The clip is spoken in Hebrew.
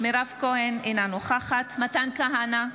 מירב כהן, אינה נוכחת מתן כהנא,